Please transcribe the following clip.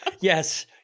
Yes